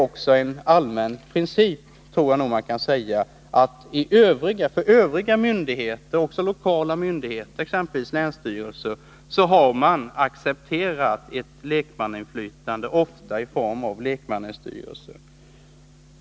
Jag tror man kan säga att inom övriga myndigheter — också lokala myndigheter, exempelvis länsstyrelser — har man som en allmän princip accepterat lekmannainflytandet, ofta i form av en lekmannastyrelse.